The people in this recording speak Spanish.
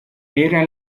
era